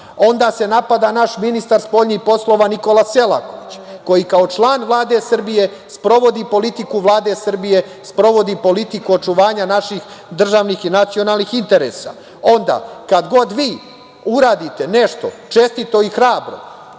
Onda se napada naš ministar spoljnih poslova Nikola Selaković, koji kao član Vlade Srbije sprovodi politiku Vlade Srbije, sprovodi politiku očuvanja naših državnih i nacionalnih interesa. Onda kad god vi uradite nešto čestito i hrabro